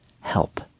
help